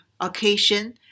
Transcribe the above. occasion